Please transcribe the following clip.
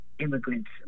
immigrants